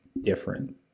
different